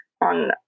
on